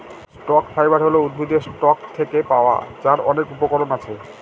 stock fibre হল উদ্ভিদের stock থেকে পাওয়া যার অনেক উপকরণ আছে